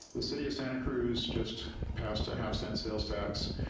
the city of santa cruz just passed a half cent sales tax,